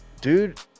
Dude